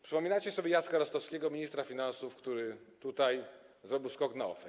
Przypominacie sobie Jacka Rostowskiego, ministra finansów, który tutaj zrobił skok na OFE.